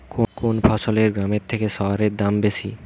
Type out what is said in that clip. কোন ফসলের গ্রামের থেকে শহরে দাম বেশি?